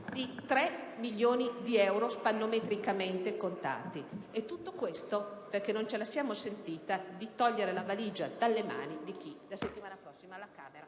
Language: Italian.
di 3 milioni di euro, "spannometricamente" contati, e tutto questo perché non ce la siamo sentita di togliere la valigia dalle mani di chi la settimana prossima, alla Camera,